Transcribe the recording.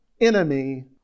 enemy